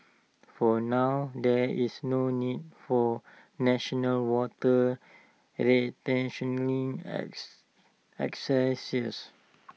for now there is no need for national water rationing exercises